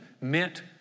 meant